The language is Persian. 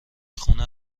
خونه